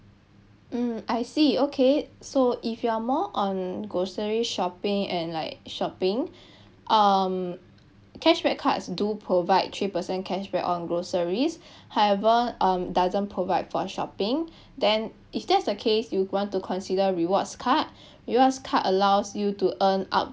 mm I see okay so if you are more on grocery shopping and like shopping um cashback cards do provide three percent cashback on groceries however um doesn't provide for shopping then if that's the case you would want to consider rewards card rewards card allows you to earn up